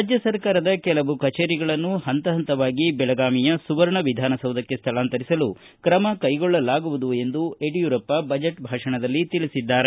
ರಾಜ್ಙ ಸರ್ಕಾರದ ಕೆಲವು ಕಚೇರಿಗಳನ್ನು ಹಂತ ಹಂತವಾಗಿ ಬೆಳಗಾವಿಯ ಸುವರ್ಣ ವಿಧಾನ ಸೌಧಕ್ಕೆ ಸ್ಥಳಾಂತರಿಸಲು ಕ್ರಮ ಕೈಗೊಳ್ಳಲಾಗುವುದು ಎಂದು ಯಡಿಯೂರಪ್ಪ ತಿಳಿಸಿದ್ದಾರೆ